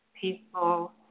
peaceful